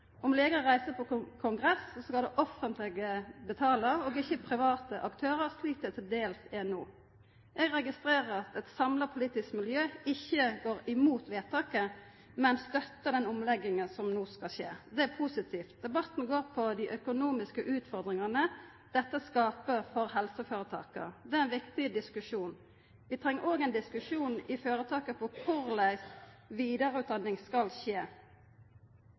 Om legar reiser på kongress, skal det offentlege betala, ikkje private aktørar, slik som det til dels er no. Eg registrerer at eit samla politisk miljø ikkje går mot vedtaket, men støttar den omlegginga som no skal skje. Det er positivt. Debatten gjeld dei økonomiske utfordringane dette skaper for helseføretaka. Det er ein viktig diskusjon. Vi treng òg ein diskusjon i føretaka om korleis vidareutdanning skal skje.